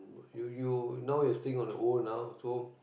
you you now you're staying on your own now so